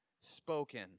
spoken